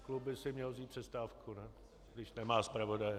Ten klub by si měl vzít přestávku, ne, když nemá zpravodaje.